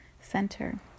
center